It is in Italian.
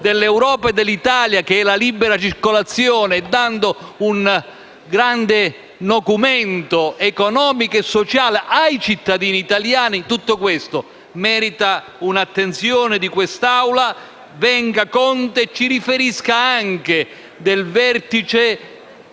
dell'Europa e dell'Italia che è la libera circolazione e arrecando un grande nocumento economico e sociale ai cittadini italiani, tutto questo merita l'attenzione dell'Assemblea. Venga Conte e ci riferisca anche del vertice